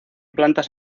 plantas